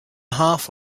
half